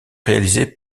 réalisé